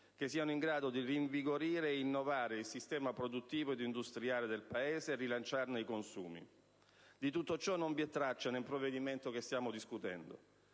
che siano in grado di rinvigorire e innovare il sistema produttivo e industriale del Paese e rilanciarne i consumi. Di tutto ciò, però, non vi è traccia nel provvedimento che stiamo discutendo.